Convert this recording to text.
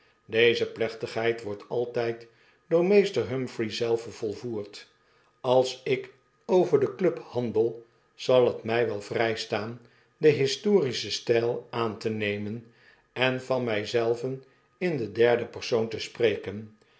deze plechtigheid wordt altyd door meester humphrey zelven volvoerd als ik over de club handel zal het my wel vrystaan den historischen sttjl aan te nemen en van my zelven in den derden persoon te spreken